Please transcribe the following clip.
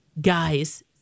guys